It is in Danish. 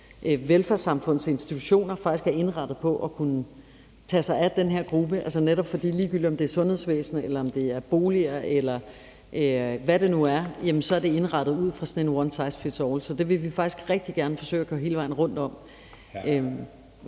velfærdssamfunds institutioner faktisk er indrettet på at kunne tage sig af den her gruppe. For ligegyldigt om det er sundhedsvæsenet, eller om det er boliger, eller hvad det nu være, er det indrettet ud fra sådan en »one size fits all«, så det vil vi faktisk rigtig gerne forsøge at komme hele vejen rundt om.